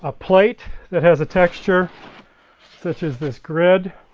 ah plate that has the texture such as this grid